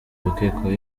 abakekwaho